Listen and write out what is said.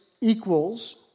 equals